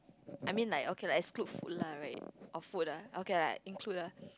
I mean like okay lah exclude food lah right or food ah okay lah include lah